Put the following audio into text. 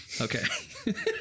Okay